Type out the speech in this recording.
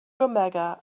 omega